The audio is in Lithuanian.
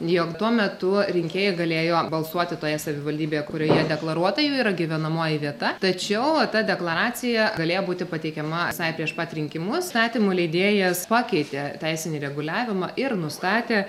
jog tuo metu rinkėjai galėjo balsuoti toje savivaldybėje kurioje deklaruota jau yra gyvenamoji vieta tačiau ta deklaracija galėjo būti pateikiama visai prieš pat rinkimus statymų leidėjas pakeitė teisinį reguliavimą ir nustatė